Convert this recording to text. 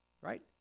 Right